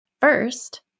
First